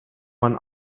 man